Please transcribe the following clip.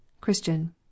Christian